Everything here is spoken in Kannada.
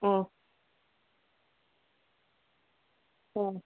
ಹೂಂ ಹೂಂ